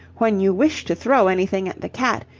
when you wish to throw anything at the cat,